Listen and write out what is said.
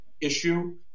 issue